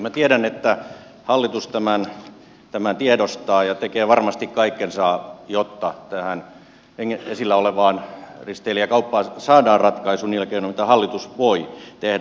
minä tiedän että hallitus tämän tiedostaa ja tekee varmasti kaikkensa jotta tähän esillä olevaan risteilijäkauppaan saadaan ratkaisu niillä keinoin mitä hallitus voi tehdä